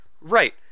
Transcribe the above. Right